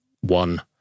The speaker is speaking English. one